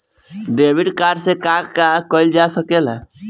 Debit card से का का कइल जा सके ला?